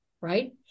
right